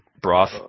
broth